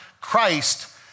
Christ